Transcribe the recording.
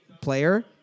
player